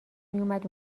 میومد